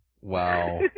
Wow